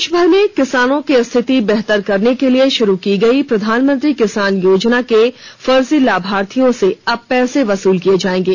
देशभर में किसानों की स्थिति बेहतर करने के लिए शुरू की गई प्रधानमंत्री किसान योजना के फर्जी लाभार्थियों से अब पैसे वसूल किए जाएंगे